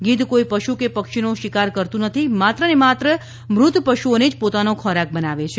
ગીધ કોઈ પશુ કે પક્ષીનો શિકાર કરતું નથી માત્રને માત્ર મૃત પશુઓને જ પોતાનો ખોરાક બનાવે છે